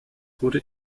wurde